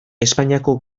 espainiako